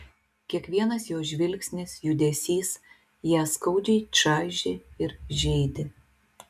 kiekvienas jo žvilgsnis judesys ją skaudžiai čaižė ir žeidė